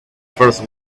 first